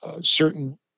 Certain